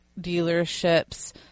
dealerships